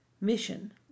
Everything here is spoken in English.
mission